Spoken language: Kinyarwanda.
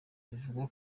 ivuga